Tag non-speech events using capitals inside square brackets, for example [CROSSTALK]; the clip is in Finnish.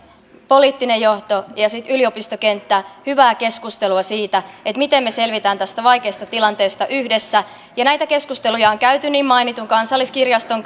poliittinen johto ja ja sitten yliopistokenttä hyvää keskustelua siitä miten me selviämme tästä vaikeasta tilanteesta yhdessä näitä keskusteluja on käyty niin mainitun kansalliskirjaston [UNINTELLIGIBLE]